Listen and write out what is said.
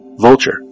Vulture